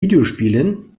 videospielen